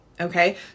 Okay